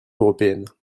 européenne